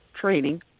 training